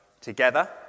together